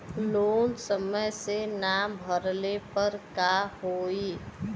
Loan समय से ना भरले पर का होयी?